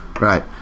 Right